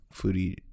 foodie